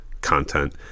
content